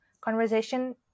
conversation